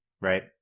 right